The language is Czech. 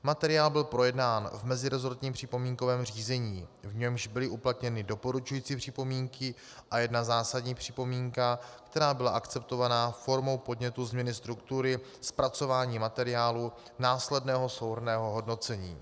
Materiál byl projednán v meziresortním připomínkovém řízení, v němž byly uplatněny doporučující připomínky a jedna zásadní připomínka, která byla akceptovaná formou podnětu změny struktury zpracování materiálu následného souhrnného hodnocení.